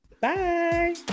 Bye